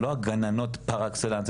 זה לא הגננות פר-אקסלנס,